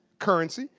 currency.